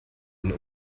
ihn